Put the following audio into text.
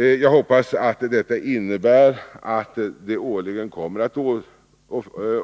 Jag hoppas att detta innebär att det årligen kommer att